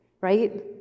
right